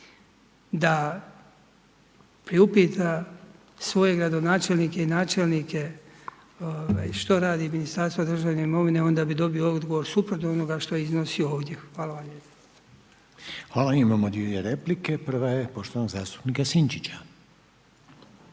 da priupita svoje gradonačelnike i načelnike što radi Ministarstvo državne imovine, onda bi dobio odgovor, suprotno onoga što iznosi ovdje. Hvala vam lijepo. **Reiner, Željko (HDZ)** Hvala.